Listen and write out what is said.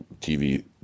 tv